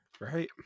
Right